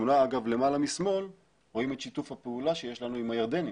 בתמונה למעלה רואים את שיתוף הפעולה שיש לנו עם הירדנים,